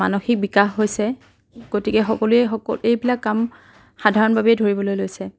মানসিক বিকাশ হৈছে গতিকে সকলোৱে সক এইবিলাক কাম সাধাৰণ ভাৱেই ধৰিবলৈ লৈছে